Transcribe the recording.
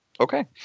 Okay